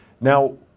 Now